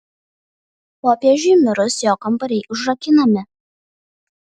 popiežiui mirus jo kambariai užrakinami